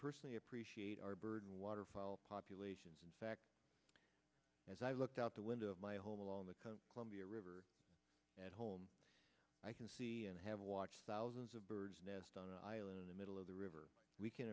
personally appreciate our bird water fall populations in fact as i looked out the window of my home along the come from the river at home i can see and have watched thousands of birds nest on an island in the middle of the river we can